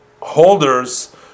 holders